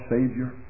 Savior